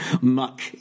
muck